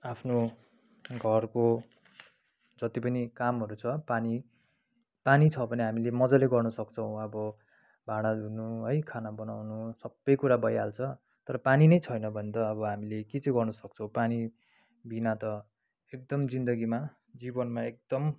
आफ्नो घरको जति पनि कामहरू छ पानी पानी छ भने हामीले मजाले गर्नु सक्छौँ अब भाँडा धुनु है खाना बनाउनु सबै कुरा भइहाल्छ तर पानी नै छैन भने त अब हामीले के चाहिँ गर्नु सक्छौँ पानी बिना त एकदम जिन्दगीमा जीवनमा एकदम